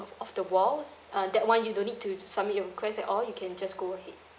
of of the walls uh that [one] you don't need to submit your request at all you can just go ahead